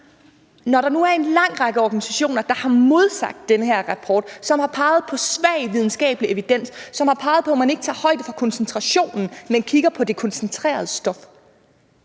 Når der nu er en lang række organisationer, der har modsagt den her rapport, og som har peget på, at der er en svag videnskabelig evidens, og også har peget på, at man ikke tager højde for koncentrationen, men kigger på det koncentrerede stof,